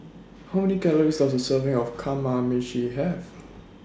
How Many Calories Does A Serving of Kamameshi Have